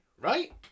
right